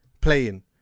playing